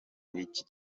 b’iki